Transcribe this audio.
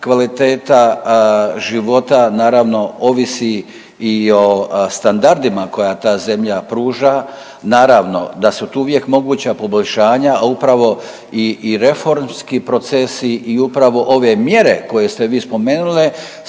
kvaliteta života naravno ovisi i o standardima koje ta zemlja pruža, naravno da su tu uvijek moguća poboljšanja, a upravo i reformski procesi i upravo ove mjere koje ste vi spomenuli